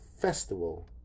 festival